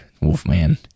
Wolfman